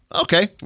Okay